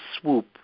swoop